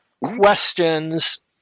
Questions